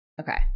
Okay